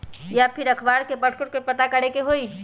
या फिर अखबार में पढ़कर के पता करे के होई?